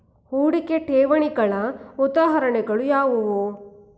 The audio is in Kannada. ಹೂಡಿಕೆ ಠೇವಣಿಗಳ ಉದಾಹರಣೆಗಳು ಯಾವುವು?